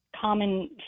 common